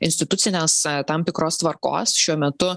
institucinės tam tikros tvarkos šiuo metu